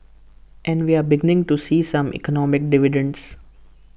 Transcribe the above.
and we are beginning to see some economic dividends